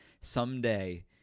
someday